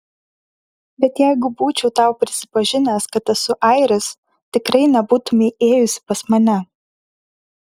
bet jeigu būčiau tau prisipažinęs kad esu airis tikrai nebūtumei ėjusi pas mane